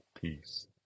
peace